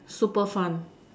super fun